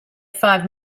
five